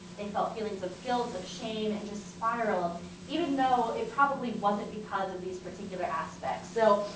the felt feelings of guilt, of shame, and just spiraled even though it probably wasn't because of these particular aspects. so,